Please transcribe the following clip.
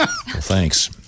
Thanks